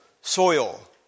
soil